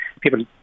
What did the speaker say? People